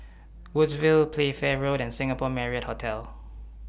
Woodsville Playfair Road and Singapore Marriott Hotel